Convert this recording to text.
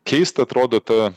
keista atrodo ta